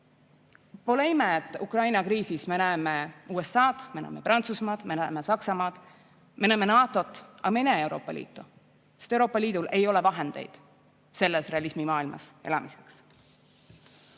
Pole ime, et Ukraina kriisis me näeme USA-d, me näeme Prantsusmaad, me näeme Saksamaad, me näeme NATO-t, aga me ei näe Euroopa Liitu, sest Euroopa Liidul ei ole vahendeid selles realismimaailmas elamiseks.No